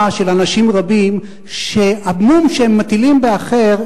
של אנשים רבים שבמום שהם מטילים באחר,